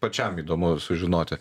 pačiam įdomu sužinoti